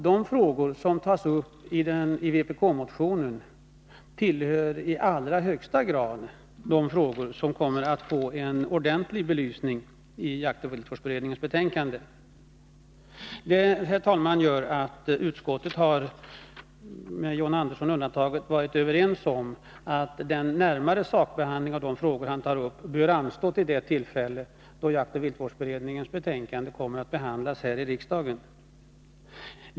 De frågor som tas upp i vpk-motionen tillhör i allra högsta grad de frågor som kommer att få en ordentlig belysning i jaktoch viltvårdsutredningens betänkande. Detta har, herr talman, gjort att utskottet, John Andersson undantagen, har kommit överens om att den närmare sakbehandlingen av de frågor som tas upp i vpk-motionen bör anstå till det tillfälle då jaktoch viltvårdsberedningens betänkande kommer att behandlas här i riksdagen.